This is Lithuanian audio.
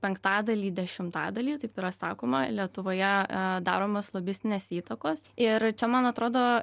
penktadalį dešimtadalį taip yra sakoma lietuvoje daromos lobistinės įtakos ir čia man atrodo